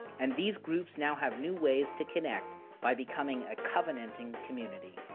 and these groups now have new ways to connect by becoming a covenanting community.